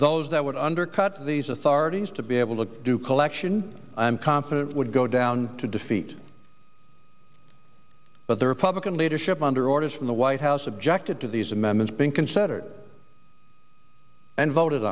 those that would undercut these authorities to be able to do collection i'm confident would go down to defeat but the republican leadership under orders from the white house objected to these amendments being considered and voted